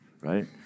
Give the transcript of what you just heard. right